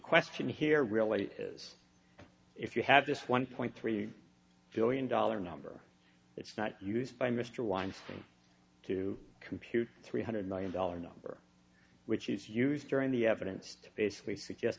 question here really is if you have this one point three billion dollar number it's not used by mr weinstein to compute three hundred million dollars number which is used during the evidence to basically